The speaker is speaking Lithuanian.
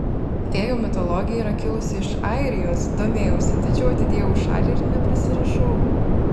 fėjų mitologija yra kilusi iš airijos domėjausi tačiau atidėjau į šalį ir neprisirišau